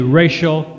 racial